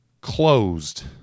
closed